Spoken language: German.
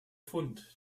fund